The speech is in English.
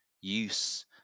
use